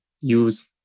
use